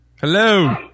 Hello